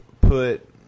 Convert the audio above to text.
put